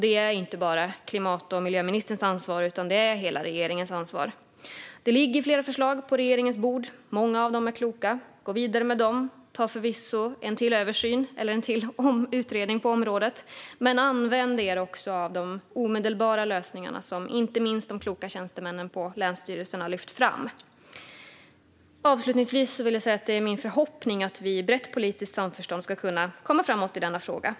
Detta är inte bara klimat och miljöministerns ansvar, utan det är hela regeringens ansvar. Det ligger flera förslag på regeringens bord, och många av dem är kloka. Gå vidare med dem! Gör förvisso en översyn eller en utredning till på området, men använd er också av de omedelbara lösningar som inte minst de kloka tjänstemännen på länsstyrelserna har lyft fram! Avslutningsvis vill jag säga att det är min förhoppning att vi i brett politiskt samförstånd ska kunna komma framåt i denna fråga.